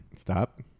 stop